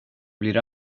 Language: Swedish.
blir